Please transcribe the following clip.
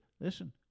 Listen